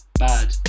bad